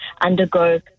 undergo